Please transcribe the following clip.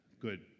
Good